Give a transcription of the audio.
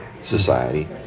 society